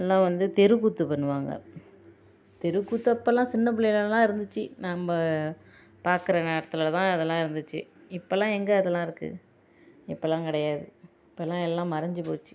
எல்லாம் வந்து தெருக்கூத்து பண்ணுவாங்க தெருக்கூத்து அப்போல்லாம் சின்ன பிள்ளைலலாம் இருந்திச்சு நம்ம பார்க்குற நேரத்தில் தான் இதெல்லாம் இருந்துச்சு இப்போலாம் எங்கே அதெல்லாம் இருக்குது இப்போலாம் கிடையாது இப்போலாம் எல்லாம் மறைஞ்சி போச்சு